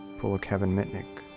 pull a kevin mitnick,